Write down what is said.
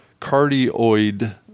cardioid